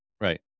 Right